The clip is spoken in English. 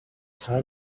time